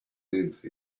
live